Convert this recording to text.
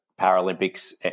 Paralympics